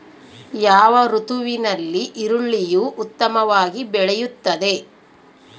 ಯಾವ ಋತುವಿನಲ್ಲಿ ಈರುಳ್ಳಿಯು ಉತ್ತಮವಾಗಿ ಬೆಳೆಯುತ್ತದೆ?